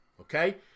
okay